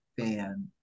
fan